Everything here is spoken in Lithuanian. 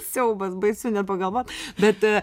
siaubas baisu net pagalvot bet